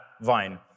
vine